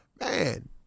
man